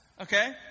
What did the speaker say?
Okay